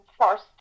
first